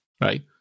right